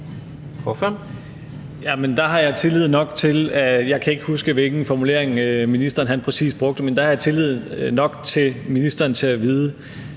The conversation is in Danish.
der har jeg tillid nok til